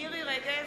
אינו נוכח מירי רגב,